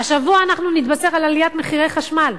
השבוע אנחנו נתבשר על עליית מחירי החשמל.